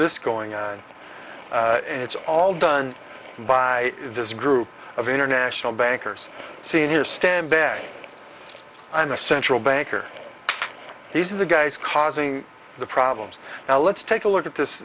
this going on and it's all done by this group of international bankers senior stand back and a central banker these are the guys causing the problems now let's take a look at this